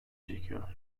çekiyor